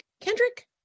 Kendrick